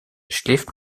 schläft